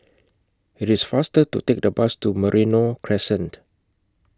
IT IS faster to Take The Bus to Merino Crescent